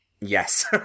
Yes